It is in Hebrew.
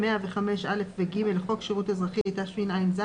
ו-105(א) ו-(ג) לחוק שירות אזרחי התשע"ז-2017,